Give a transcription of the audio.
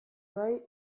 bai